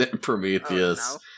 Prometheus